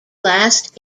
last